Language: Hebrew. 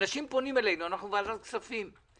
אנחנו ועדת הכספים,